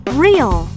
real